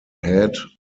head